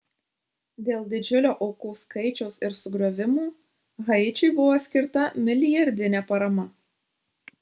dėl didžiulio aukų skaičiaus ir sugriovimų haičiui buvo skirta milijardinė parama